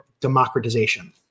democratization